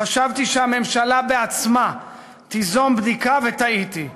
חשבתי שהממשלה בעצמה תיזום בדיקה, וטעיתי.